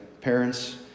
Parents